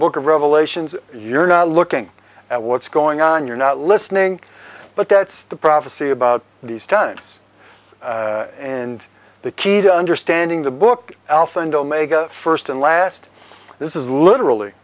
book of revelations you're not looking at what's going on you're not listening but that's the prophecy about these times and the key to understanding the book alpha and omega first and last this is literally